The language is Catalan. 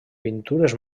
pintures